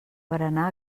berenar